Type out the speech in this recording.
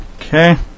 Okay